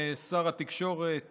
שר התקשורת